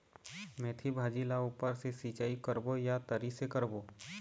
मेंथी भाजी ला ऊपर से सिचाई करबो या तरी से करबो?